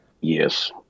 Yes